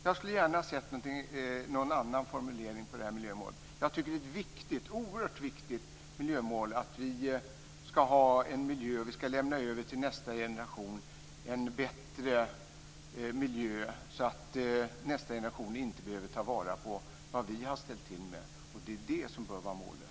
Jag skulle gärna ha sett någon annan formulering av det här miljömålet. Jag tycker att det är ett oerhört viktigt miljömål att vi ska lämna över en bättre miljö till nästa generation, så att den inte behöver ta vara på det som vi har ställt till med. Det bör vara målet.